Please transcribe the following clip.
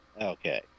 Okay